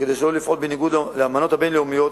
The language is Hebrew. וכדי שלא לפעול בניגוד לאמנות הבין-לאומיות